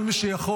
כל מי שיכול,